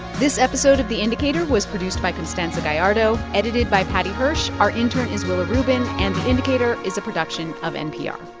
this episode of the indicator was produced by constanza gallardo, edited by paddy hirsch. our intern is willa rubin. and the indicator is a production of npr